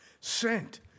sent